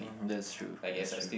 that's true that's true